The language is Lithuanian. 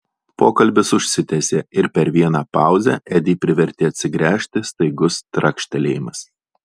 pokalbis užsitęsė ir per vieną pauzę edį privertė atsigręžti staigus trakštelėjimas